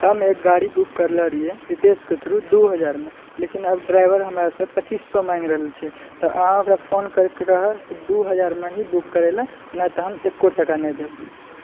हम एक गाड़ी बुक करले रहिए रितेश कऽ थ्रू दू हजार मे लेकिन आब ड्राइवर हमरा सऽ पच्चीस सए माँगि रहल छै तऽ अहाँ ओकरा फोन करि कऽ कहऽ कि दू हजार मे हि बुक करय लए नहि तऽ हम एक्को टका नहि देबे